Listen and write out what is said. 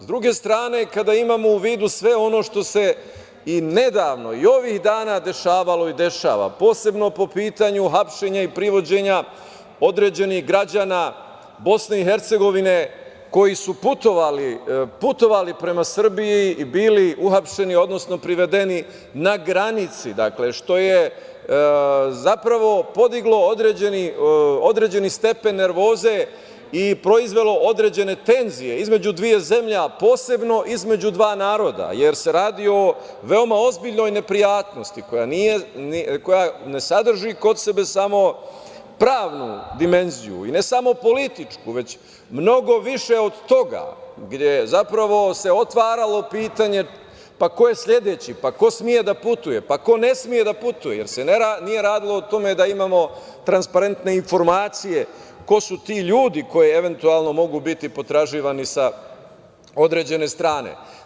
S druge strane, kada imamo u vidu sve ono što se i nedavno i ovih dana dešavalo i dešava, posebno po pitanju hapšenja i privođenja određenih građana BiH, koji su putovali prema Srbiji i bili uhapšeni, odnosno privedeni na granici, što je zapravo podiglo određeni stepen nervoze i proizvelo određene tenzije između dve zemlje, a posebno između dva naroda, jer se radi o veoma ozbiljnoj neprijatnosti koja ne sadrži kod sebe pravnu dimenziju, i ne samo političku, već mnogo više od toga, gde se zapravo otvaralo pitanje - ko je sledeći, ko sme da putuje, pa, ko ne sme da putuje, jer se nije radilo o tome da imamo transparentne informacije ko su ti ljudi koji, eventualno, mogu biti potraživani sa određene strane.